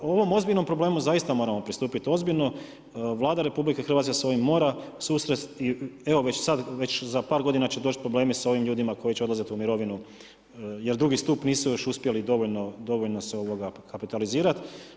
Ovom ozbiljnom problemu zaista moramo pristupiti ozbiljno, Vlada RH se s ovim mora susrest i evo već sada za par godina će doći problemi sa ovim ljudima koji će odlaziti u mirovinu jer drugi stup nisu još uspjeli dovoljno kapitalizirati.